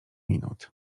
minut